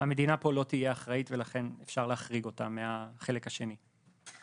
המדינה באמת לא תהיה אחראית ולכן אפשר להחריג אותה מהחלק של המקדמות.